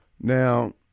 Now